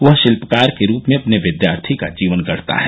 वह शिल्पकार के रूप में अपने विद्यार्थी का जीवन गढता है